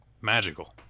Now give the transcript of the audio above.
magical